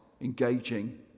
engaging